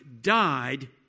died